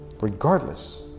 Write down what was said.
regardless